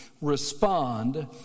respond